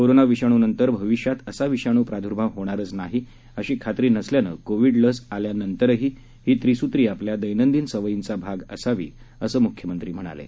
corona विषाणूनंतर भविष्यात असा विषाणू प्रादूर्भाव होणारच नाही अशी खात्री नसल्यानं कोविडची लस आल्यानंतरही ही त्रिसूत्री आपल्या दैनंदिन सवयींचा भाग असावी असं मुख्यमंत्री म्हणाले